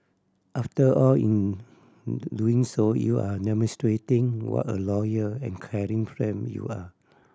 after all in doing so you are demonstrating what a loyal and caring friend you are